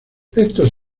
estos